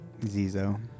Zizo